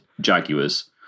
Jaguars